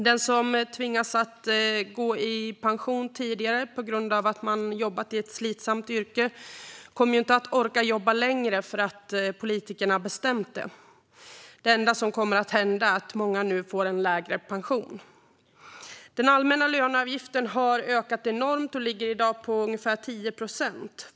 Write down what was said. Den som tvingas att gå i pension tidigare på grund av att man jobbat i ett slitsamt yrke kommer ju inte att orka jobba längre bara för att politikerna har bestämt det. Det enda som kommer att hända är att många nu får en ännu lägre pension. Den allmänna löneavgiften har ökat enormt och ligger i dag på ungefär 10 procent.